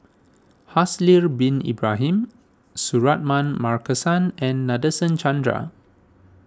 Haslir Bin Ibrahim Suratman Markasan and Nadasen Chandra